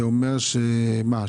אתה מדבר על המאוכלסים?